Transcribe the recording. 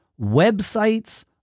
websites